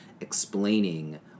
explaining